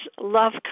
love